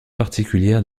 particulière